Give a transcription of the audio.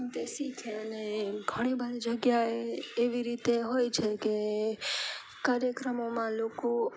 તે શીખે અને ઘણી જગ્યાએ એવી રીતે હોય છે કે કાર્યક્રમોમાં લોકો